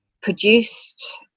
produced